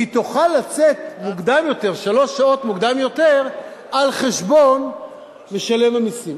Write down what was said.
היא תוכל לצאת שלוש שעות מוקדם יותר על חשבון משלם המסים,